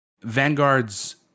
Vanguard's